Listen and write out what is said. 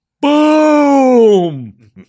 boom